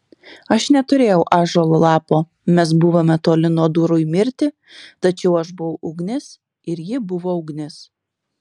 aš neturėjau ąžuolo lapo mes buvome toli nuo durų į mirtį tačiau aš buvau ugnis ir ji buvo ugnis